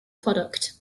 product